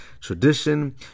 tradition